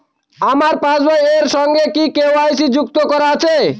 আমার পাসবই এর সঙ্গে কি কে.ওয়াই.সি যুক্ত করা আছে?